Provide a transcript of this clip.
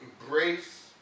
embrace